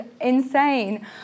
insane